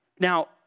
Now